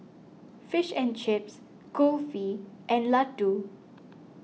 Fish and Chips Kulfi and Ladoo